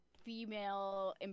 female